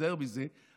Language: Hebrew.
להיזהר מזה,